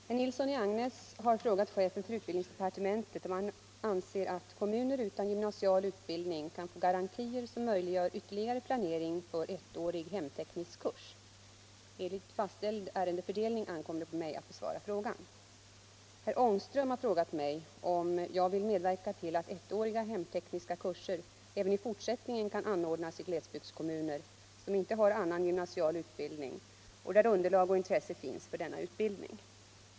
Herr talman! Herr Nilsson i Agnäs har frågat chefen för utbildningsdepartementet, om han anser att kommuner utan annan gymnasial utbildning kan få garantier som möjliggör ytterligare planering för ettårig hemteknisk kurs. Enligt fastställd ärendefördelning ankommer det på mig att besvara frågan. Herr Ångström har frågat mig om jag vill medverka till att ettåriga hemtekniska kurser även i fortsättningen kan anordnas i glesbygdskommuner som inte har annan gymnasial utbildning och där underlag och intresse finns för denna utbildning.